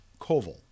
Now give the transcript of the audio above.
Koval